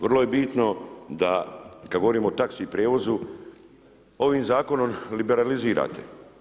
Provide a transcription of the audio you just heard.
Vrlo je bitno da kad govorimo o taxi prijevozu, ovim zakonom liberalizirate.